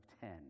ten